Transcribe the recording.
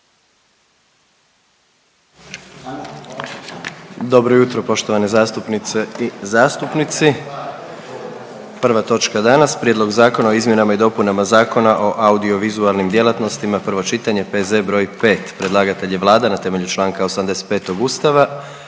Dobro jutro poštovane zastupnice i zastupnici, prva točka danas: - Prijedlog zakona o izmjenama i dopunama Zakona o audiovizualnim djelatnostima, prvo čitanje, P.Z. br. 5. Predlagatelj je Vlada na temelju čl. 85. Ustava